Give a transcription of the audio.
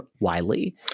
Wiley